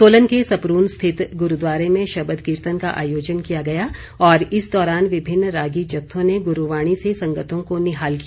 सोलन के सपरून स्थित ग्रूद्वारे में शबद कीर्तन का आयोजन किया गया और इस दौरान विभिन्न रागी जत्थों ने गुरूवाणी से संगतों को निहाल किया